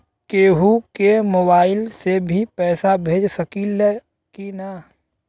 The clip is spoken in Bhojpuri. केहू के मोवाईल से भी पैसा भेज सकीला की ना?